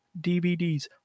DVDs